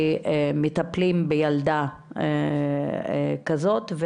שמטפלים בילדה כזאת.